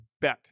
bet